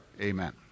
Amen